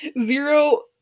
Zero